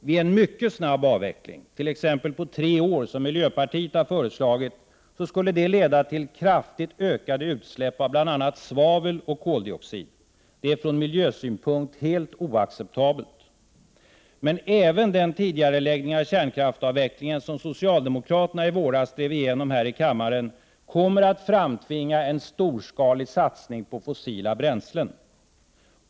Vid en mycket snabb avveckling, t.ex. på tre år, som miljöpartiet har föreslagit, skulle det leda till kraftigt ökade utsläpp av bl.a. svavel och koldioxid. Det är från miljösynpunkt helt oacceptabelt. Men även den tidigareläggning av kärnkraftsavvecklingen som socialdemokraterna i våras drev igenom i riksdagen kommer att framtvinga en storskalig satsning på fossila bränslen.